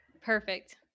Perfect